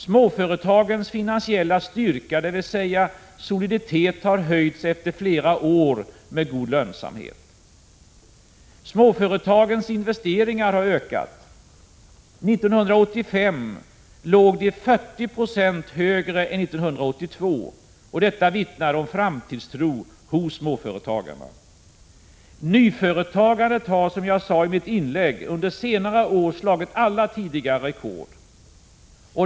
Småföretagens finansiella styrka, dvs. soliditet, har höjts efter flera år med god lönsamhet. Småföretagens investeringar har ökat. 1985 låg de 40 20 högre än 1982, och detta vittnar om framtidstro hos småföretagarna. Nyföretagandet har, som jag sade i mitt inlägg, under senare år slagit alla tidigare rekord.